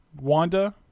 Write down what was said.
Wanda